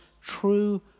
true